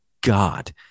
god